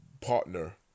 Partner